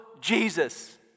Jesus